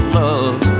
love